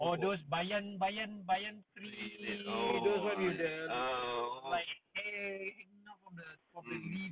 tree is it oh ya ya ya mm